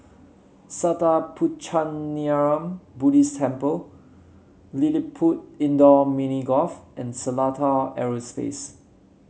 Sattha Puchaniyaram Buddhist Temple LilliPutt Indoor Mini Golf and Seletar Aerospace